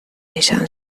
izan